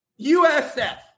USF